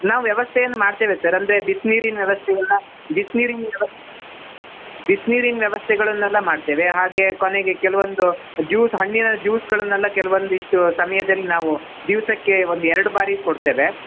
ನಾವು ವ್ಯವಸ್ಥೆಯನ್ನ ಮಾಡ್ತೇವೆ ಸರ್ ಅಂದರೆ ಬಿಸ್ನೀರಿನ ವ್ಯವಸ್ಥೆಯನ್ನು ಬಿಸ್ನೀರಿನ ವ್ಯವ ಬಿಸ್ನೀರಿನ ವ್ಯವಸ್ಥೆಗಳನ್ನೆಲ್ಲ ಮಾಡ್ತೇವೆ ಹಾಗೆ ಕೊನೆಗೆ ಕೆಲವೊಂದು ಜ್ಯೂಸ್ ಹಣ್ಣಿನ ಜ್ಯೂಸ್ಗಳನ್ನೆಲ್ಲ ಕೆಲವೊಂದಿಷ್ಟು ಸಮಯದಲ್ಲಿ ನಾವು ದಿವಸಕ್ಕೆ ಒಂದು ಎರಡು ಬಾರಿ ಕೊಡ್ತೇವೆ